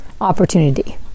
opportunity